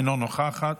אינה נוכחת,